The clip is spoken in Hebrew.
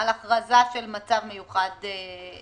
על הכרזה של מצב מיוחד בעורף.